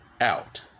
out